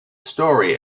story